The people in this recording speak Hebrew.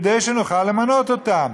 כדי שנוכל למנות אותם.